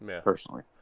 personally